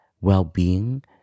well-being